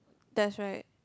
that's right